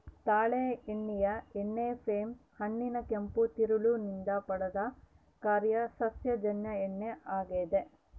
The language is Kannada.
ತಾಳೆ ಎಣ್ಣೆಯು ಎಣ್ಣೆ ಪಾಮ್ ಹಣ್ಣಿನ ಕೆಂಪು ತಿರುಳು ನಿಂದ ಪಡೆದ ಖಾದ್ಯ ಸಸ್ಯಜನ್ಯ ಎಣ್ಣೆ ಆಗ್ಯದ